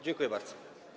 Dziękuję bardzo.